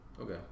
Okay